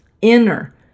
inner